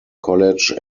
college